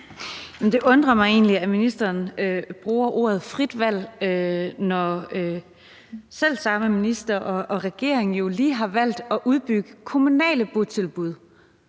Det undrer mig egentlig, at ministeren bruger udtrykket frit valg, når selv samme minister og regering jo lige har valgt at udbygge kommunale botilbud